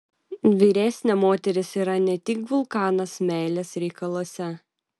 vyresnė moteris yra ne tik vulkanas meilės reikaluose